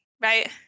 right